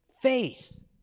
faith